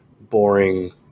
boring